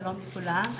שלום לכולם,